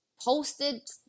posted